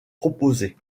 proposées